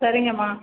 சரிங்கம்மா